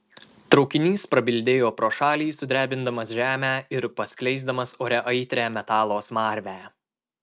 traukinys prabildėjo pro šalį sudrebindamas žemę ir paskleisdamas ore aitrią metalo smarvę